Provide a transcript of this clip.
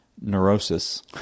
neurosis